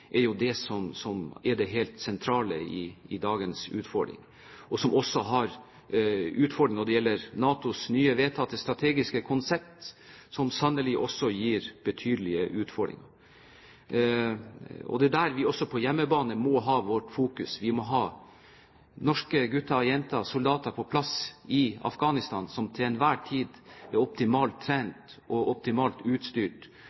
som også har utfordring når det gjelder NATOs nye vedtatte strategiske konsept, som sannelig også gir betydelige utfordringer. Det er det vi også på hjemmebane må fokusere på. Vi må ha norske gutter og jenter, soldater, på plass i Afghanistan som til enhver tid er optimalt trent og optimalt utstyrt